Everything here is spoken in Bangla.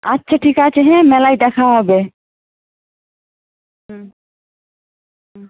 আচ্ছা ঠিক আছে হ্যাঁ মেলায় দেখা হবে হুম হুম